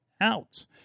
out